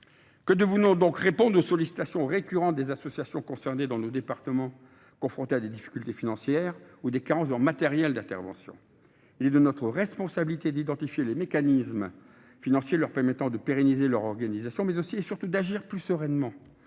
Que devons nous répondre aux sollicitations récurrentes des associations concernées dans nos départements, qui sont confrontées à des difficultés financières ou à des carences en matériel d’intervention ? Il est de notre responsabilité d’identifier les mécanismes financiers susceptibles de leur permettre de pérenniser leur organisation, mais aussi et surtout d’agir plus sereinement.